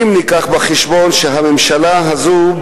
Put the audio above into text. אם נביא בחשבון שהממשלה הזו,